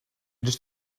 just